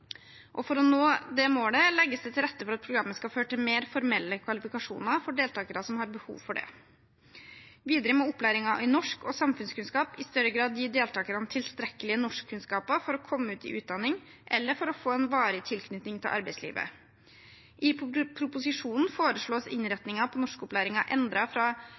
For å nå det målet legges det til rette for at programmet skal føre til mer formelle kvalifikasjoner for deltakere som har behov for det. Videre må opplæringen i norsk og samfunnskunnskap i større grad gi deltakerne tilstrekkelige norskkunnskaper for at de kan komme seg ut i utdanning eller få en varig tilknytning til arbeidslivet. I proposisjonen foreslås innretningen av norskopplæringen endret fra